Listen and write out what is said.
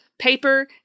paper